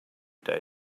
day